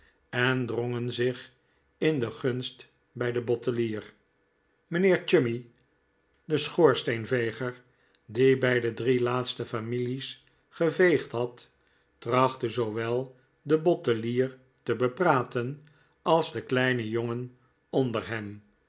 en drongen zich in de gunst bij den bottelier mijnheer chummy de schoorsteenveger die bij de drie laatste families geveegd had trachtte zoowel den bottelier te bepraten als den kleinen jongen onder hem